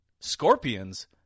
Scorpions